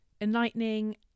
enlightening